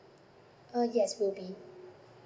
uh yes will be